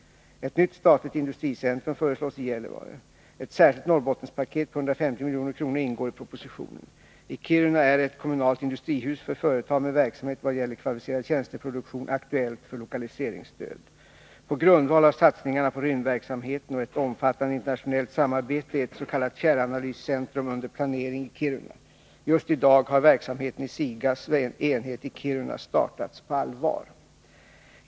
Ett nytt statligt industricentrum föreslås i Gällivare. Ett särskilt Norrbottenspaket på 150 milj.kr. ingår i propositionen. I Kiruna är ett kommunalt industrihus för företag med verksamhet vad gäller kvalificerad tjänsteproduktion aktuellt ett omfattande internationellt samarbete är ett s.k. fjärranalyscentrum Måndagen den under planering i Kiruna. Just i dag har verksamheten i SIGA:s enhet i 22 mars 1982 Kiruna startats på allvar.